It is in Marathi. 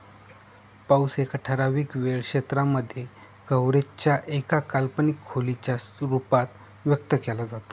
पाऊस एका ठराविक वेळ क्षेत्रांमध्ये, कव्हरेज च्या एका काल्पनिक खोलीच्या रूपात व्यक्त केला जातो